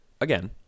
again